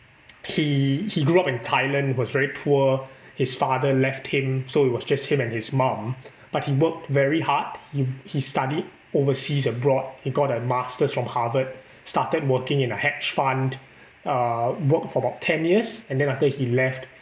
he he grew up in Thailand was very poor his father left him so it was just him and his mum but he worked very hard he he studied overseas abroad he got a masters from harvard started working in a hedge fund uh worked for about ten years and then after that he left